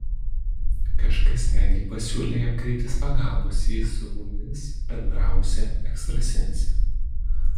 kažkas netgi pasiūlė jam kreiptis pagalbos į su mumis bendravusią ekstrasensę